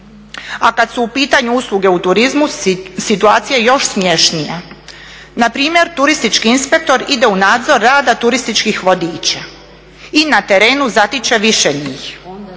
A kad su u pitanju usluge u turizmu situacija je još smješnija. Na primjer, turistički inspektor ide u nadzor rada turističkih vodiča i na terenu zatiče više njih.